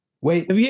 wait